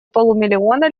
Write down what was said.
полумиллиона